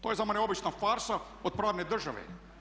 To je za mene obična farsa od pravne države.